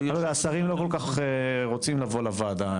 השרים לא כל כך רוצים לבוא לוועדה,